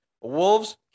wolves